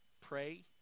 pray